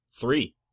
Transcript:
Three